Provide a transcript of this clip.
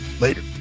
later